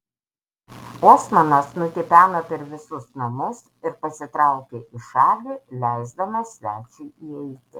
osmanas nutipeno per visus namus ir pasitraukė į šalį leisdamas svečiui įeiti